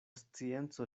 scienco